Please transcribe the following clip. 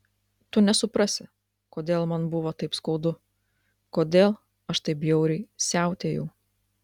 tu nesuprasi kodėl man buvo taip skaudu kodėl aš taip bjauriai siautėjau